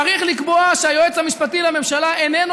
צריך לקבוע שהיועץ המשפטי לממשלה איננו